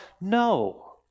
No